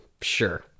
Sure